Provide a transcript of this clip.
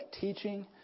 teaching